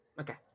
Okay